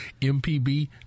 MPB